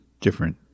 different